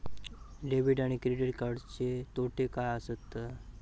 Debit आणि credit कार्डचे तोटे काय आसत तर?